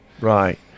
Right